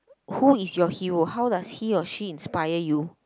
who is your hero how does he or she inspire you